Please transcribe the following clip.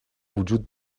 وجود